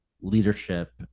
leadership